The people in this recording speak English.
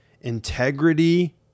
integrity